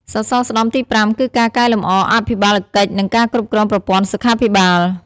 សសរស្តម្ភទី៥គឺការកែលម្អអភិបាលកិច្ចនិងការគ្រប់គ្រងប្រព័ន្ធសុខាភិបាល។